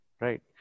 right